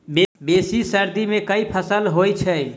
बेसी सर्दी मे केँ फसल होइ छै?